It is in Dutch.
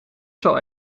zal